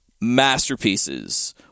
masterpieces